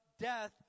death